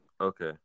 Okay